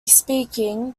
speaking